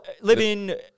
living